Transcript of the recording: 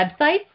websites